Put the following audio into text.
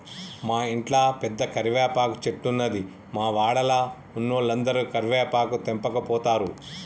మా ఇంట్ల పెద్ద కరివేపాకు చెట్టున్నది, మా వాడల ఉన్నోలందరు కరివేపాకు తెంపకపోతారు